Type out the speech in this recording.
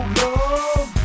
love